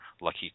lucky